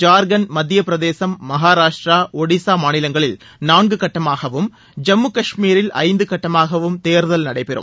ஜார்க்கண்ட் மத்திய பிரதேசம் மகாராஸ்டிரா ஒடிசா மாநிலங்களில் நான்கு கட்டமாகவும் ஜம்மு கஷ்மீரில் ஐந்து கட்டமாகவும் தேர்தல் நடைபெறும்